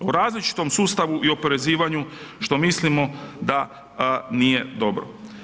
U različitom sustavu i oporezivanju što mislimo da nije dobro.